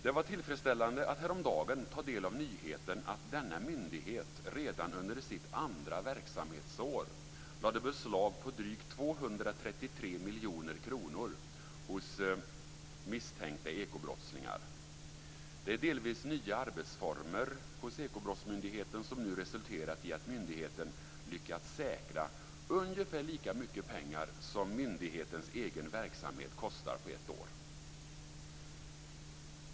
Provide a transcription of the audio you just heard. Det var tillfredsställande att häromdagen ta del av nyheten att denna myndighet redan under sitt andra verksamhetsår lade beslag på drygt 233 miljoner kronor hos misstänkta ekobrottslingar. Det är delvis nya arbetsformer hos Ekobrottsmyndigheten som nu resulterat i att myndigheten lyckats säkra ungefär lika mycket pengar som myndighetens egen verksamhet kostar på ett år.